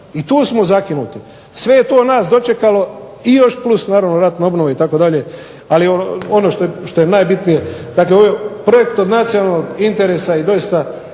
I tu smo zakinuti. Sve je to nas dočekalo i još plus naravno ratnu obnovu itd. Ali ono što je najbitnije, dakle ovo je projekt od nacionalnog interesa i doista